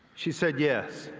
she said yes.